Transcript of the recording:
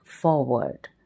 forward